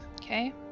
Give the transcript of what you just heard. okay